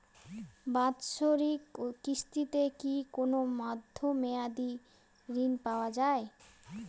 বাৎসরিক কিস্তিতে কি কোন মধ্যমেয়াদি ঋণ পাওয়া যায়?